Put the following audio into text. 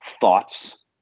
thoughts